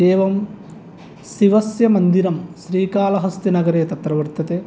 एवं शिवस्य मन्दिरं श्रीकालहस्तिनगरे तत्र वर्तते